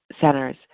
centers